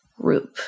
group